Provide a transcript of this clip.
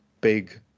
big